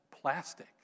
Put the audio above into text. Plastic